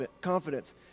confidence